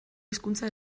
hizkuntza